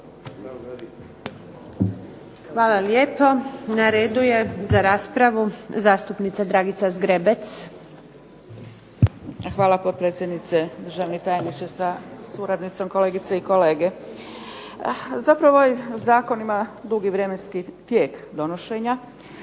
Hvala lijepo. Na redu je za raspravu zastupnica Dragica Zgrebec. **Zgrebec, Dragica (SDP)** Hvala potpredsjednice, državni tajniče sa suradnicom, kolegice i kolege. Zapravo zakon ima i dugi vremenski tijek donošenja